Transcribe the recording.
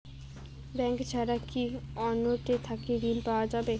Bank ছাড়া কি অন্য টে থাকি ঋণ পাওয়া যাবে?